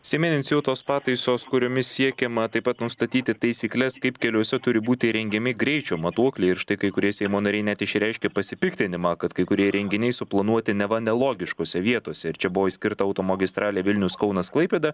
seime inicijuotos pataisos kuriomis siekiama taip pat nustatyti taisykles kaip keliuose turi būti įrengiami greičio matuokliai ir štai kai kurie seimo nariai net išreiškė pasipiktinimą kad kai kurie įrenginiai suplanuoti neva nelogiškose vietose ir čia buvo išskirta automagistralė vilnius kaunas klaipėda